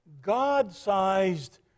God-sized